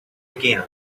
again